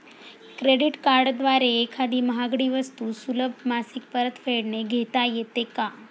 Credit कार्डद्वारे एखादी महागडी वस्तू सुलभ मासिक परतफेडने घेता येते का?